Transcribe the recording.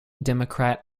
democrat